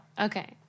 Okay